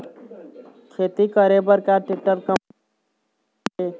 खेती करे बर का टेक्टर कंपनी म छूट मिलथे?